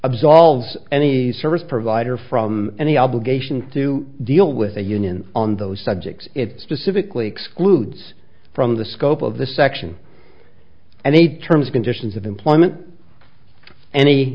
absolves any service provider from any obligation to deal with a union on those subjects it's to civically excludes from the scope of this section and they terms conditions of employment an